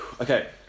Okay